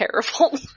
terrible